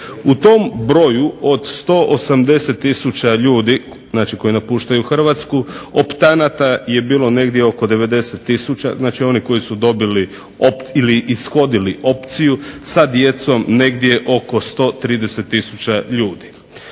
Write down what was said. U tom broju od 180000 ljudi, znači koji napuštaju Hrvatsku optanata je bilo negdje oko 90000. Znači, oni koji su ishodili opciju sa djecom negdje oko 130000 ljudi.